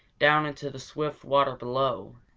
down into the swift water below,